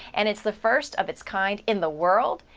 and it's the first of its kinds in the world,